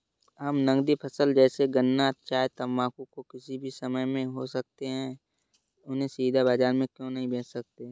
हम नगदी फसल जैसे गन्ना चाय तंबाकू जो किसी भी समय में हो सकते हैं उन्हें सीधा बाजार में क्यो नहीं बेच सकते हैं?